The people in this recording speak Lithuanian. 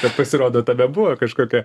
bet pasirodo tame buvo kažkokia